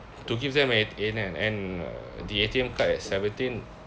to give them a a an an uh the A_T_M card at seventeen